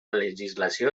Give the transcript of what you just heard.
legislació